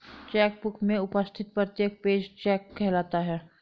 check book में उपस्थित प्रत्येक पेज चेक कहलाता है